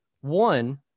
One